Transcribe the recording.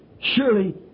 surely